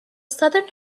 southern